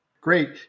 Great